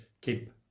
keep